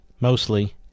mostly